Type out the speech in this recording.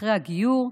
אחרי הגיור,